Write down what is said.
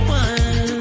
one